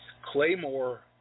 Claymore